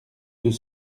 deux